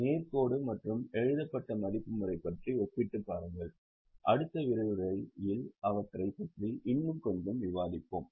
நேர் கோடு மற்றும் எழுதப்பட்ட மதிப்பு முறை பற்றி ஒப்பிட்டுப் பாருங்கள் அடுத்த விரிவுரையில் அவற்றைப் பற்றி இன்னும் கொஞ்சம் விவாதிப்போம்